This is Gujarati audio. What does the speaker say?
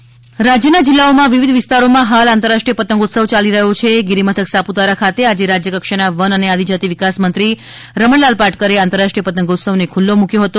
આંતરરાષ્ટ્રીય પતંગ મહોત્સવ રાજ્યનાં જિલ્લાઓમાં વિવિધ વિસ્તારોમાં હાલ આંતરરાષ્ટ્રીય પતંગોત્સવ યાલી રહ્યો છ ગિરીમથક સાપુતારા ખાતે આજે રાજ્યકક્ષાના વન અને આદિજાતિ વિકાસમંત્રી રમણલાલ પાટકરે આંતરરાષ્ટ્રીય પતંગોત્સવને ખુલ્લો મૂક્વો હતો